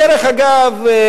דרך אגב,